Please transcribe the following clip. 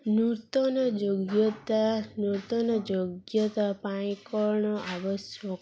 ନୂର୍ତନ ଯୋଗ୍ୟତା ନୂର୍ତନ ଯୋଗ୍ୟତା ପାଇଁ କ'ଣ ଆବଶ୍ୟକ